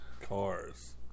Cars